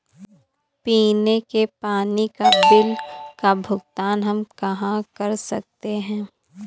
पीने के पानी का बिल का भुगतान हम कहाँ कर सकते हैं?